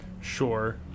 Sure